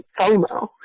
FOMO